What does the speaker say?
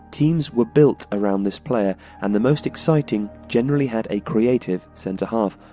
teams were built around this player, and the most exciting generally had a creative centre half,